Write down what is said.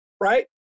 right